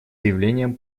заявлением